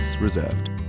reserved